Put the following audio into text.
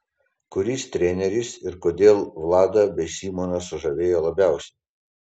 kuris treneris ir kodėl vladą bei simoną sužavėjo labiausiai